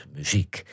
muziek